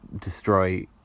destroy